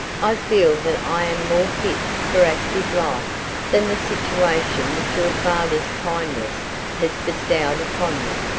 i feel that i am more fit for active life than the situation which your father's kindness has bestowed upon me.